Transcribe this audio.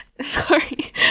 sorry